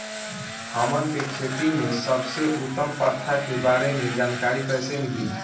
हमन के खेती में सबसे उत्तम प्रथा के बारे में जानकारी कैसे मिली?